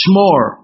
more